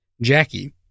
Jackie